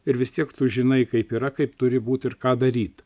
ir vis tiek tu žinai kaip yra kaip turi būt ir ką daryt